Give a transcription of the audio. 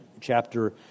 chapter